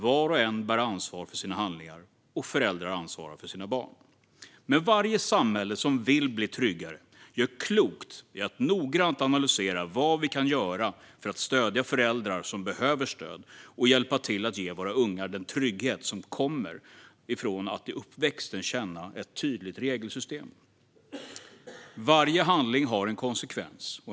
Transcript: Var och en bär ansvar för sina handlingar, och föräldrar ansvarar för sina barn. Men varje samhälle som vill bli tryggare gör klokt i att noggrant analysera vad vi kan göra för att stödja föräldrar som behöver stöd och hjälpa till att ge våra unga den trygghet som kommer från att under uppväxten känna ett tydligt regelsystem. Varje handling har en konsekvens.